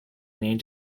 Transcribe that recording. need